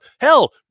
hell